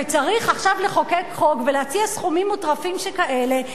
וצריך עכשיו לחוקק חוק ולהציע סכומים מוטרפים שכאלה.